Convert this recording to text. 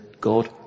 God